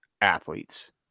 athletes